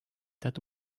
that